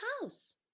house